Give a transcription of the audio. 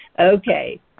Okay